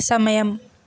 సమయం